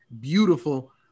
beautiful